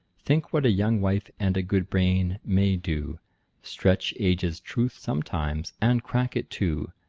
think what a young wife and a good brain may do stretch age's truth sometimes, and crack it too.